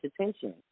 attention